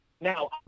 Now